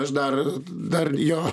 aš dar dar jo